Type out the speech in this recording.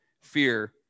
fear